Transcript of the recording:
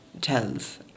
tells